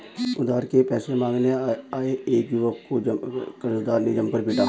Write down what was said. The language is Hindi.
उधार के पैसे मांगने आये एक युवक को कर्जदार ने जमकर पीटा